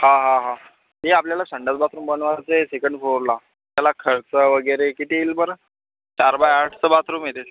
हां हां हां ते आपल्याला संडास बाथरूम बनवाचे सेकंड फ्लोअरला त्याला खर्च वगैरे किती येईल बरं चार बाय आठचं बाथरूम आहे ते